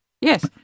Yes